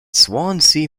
swansea